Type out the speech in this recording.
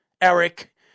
Eric